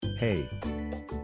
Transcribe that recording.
Hey